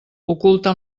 oculta